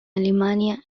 alemania